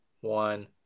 one